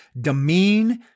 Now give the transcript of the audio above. demean